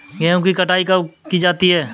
गेहूँ की कटाई कब की जाती है?